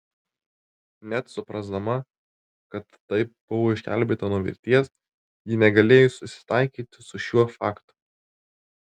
net suprasdama kad taip buvo išgelbėta nuo mirties ji negalėjo susitaikyti su šiuo faktu